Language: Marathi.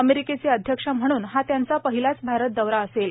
अमेरिकेचे अध्यक्ष म्हणून हा त्यांचा पहिलाच भारत दौरा असेल